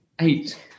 eight